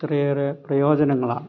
ഒത്തിരിയേറെ പ്രയോജനങ്ങളാണ്